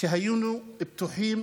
שהיינו פתוחים